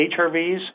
HRVs